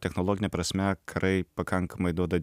technologine prasme karai pakankamai duoda